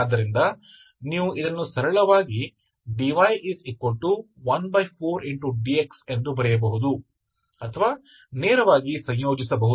ಆದ್ದರಿಂದ ನೀವು ಇದನ್ನು ಸರಳವಾಗಿ dy 14dx ಎಂದು ಬರೆಯಬಹುದು ಅಥವಾ ನೇರವಾಗಿ ಸಂಯೋಜಿಸಬಹುದು